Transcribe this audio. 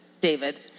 David